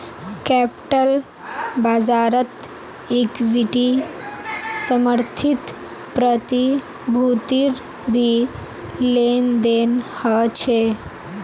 capital बाज़ारत equity समर्थित प्रतिभूतिर भी लेन देन ह छे